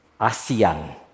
ASEAN